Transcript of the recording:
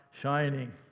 shining